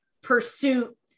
pursuit